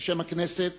בשם הכנסת